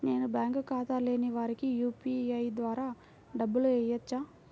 నేను బ్యాంక్ ఖాతా లేని వారికి యూ.పీ.ఐ ద్వారా డబ్బులు వేయచ్చా?